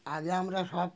আগে আমরা সব